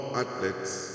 athletes